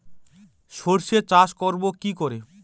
সর্ষে চাষ করব কি করে?